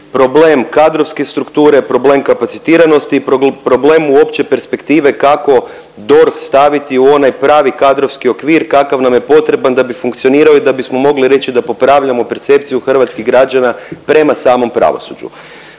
problem kadrovske strukture, problem kapacitiranosti i problem uopće perspektive kako DORH staviti u onaj pravi kadrovski okvir kakav nam je potreban da bi funkcionirao i da bismo mogli reći da popravljamo percepciju hrvatskih građana prema samom pravosuđu.